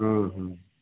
हाँ हाँ